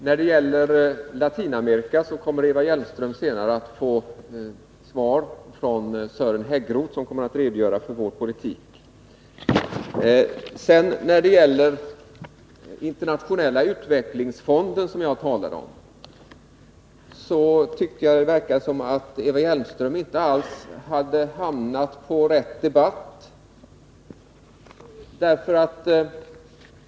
Fru talman! På sina frågor om Latinamerika kommer Eva Hjelmström senare att få svar från Sören Häggroth, som skall redogöra för vår biståndspolitik beträffande det området. I fråga om Internationella utvecklingsfonden, som jag talade om, föreföll det som om Eva Hjelmström inte alls hade hamnat på rätt debatt.